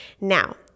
Now